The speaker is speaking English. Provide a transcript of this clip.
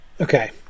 Okay